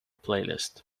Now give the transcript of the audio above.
playlist